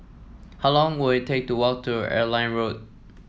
how long will it take to walk to Airline Road